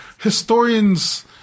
historians